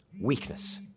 weakness